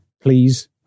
please